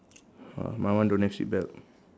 uh my one don't have seat belt